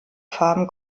farben